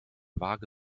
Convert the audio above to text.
waage